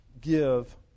give